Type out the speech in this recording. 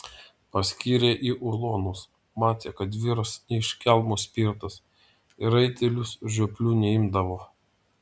paskyrė į ulonus matė kad vyras ne iš kelmo spirtas į raitelius žioplių neimdavo